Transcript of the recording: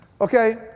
Okay